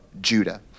Judah